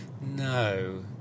no